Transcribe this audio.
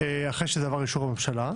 לאחר שזה עבר אישור הממשלה,